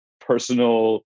personal